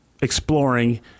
exploring